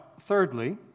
thirdly